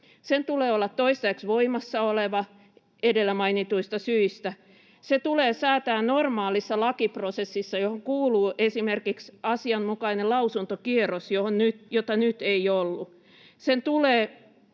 Sen tulee olla toistaiseksi voimassa oleva edellä mainituista syistä. Se tulee säätää normaalissa lakiprosessissa, johon kuuluu esimerkiksi asianmukainen lausuntokierros, jota nyt ei ollut. Sen tulee